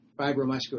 fibromuscular